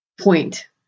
point